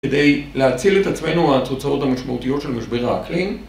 כדי להציל את עצמנו מהתוצאות המשמעותיות של משבר האקלים